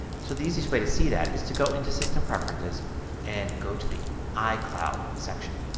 so the easiest way to see that is to go into system preferences and go to the icloud section.